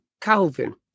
Calvin